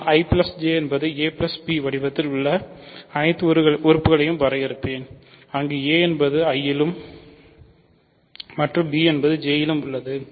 நான் I J என்பது ab வடிவத்தின் உள்ள அனைத்து உறுப்புகளையும் வரையறுப்பேன் அங்கு a என்பது I லும் மற்றும் b என்பது J லும் உள்ளது